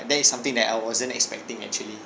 that is something that I wasn't expecting actually